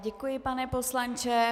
Děkuji, pane poslanče.